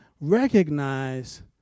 recognize